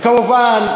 וכמובן,